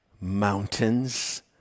mountains